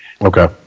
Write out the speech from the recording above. Okay